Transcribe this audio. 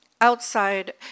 outside